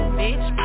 bitch